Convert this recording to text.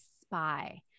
spy